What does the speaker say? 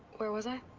where was i?